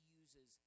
uses